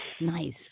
Nice